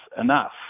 enough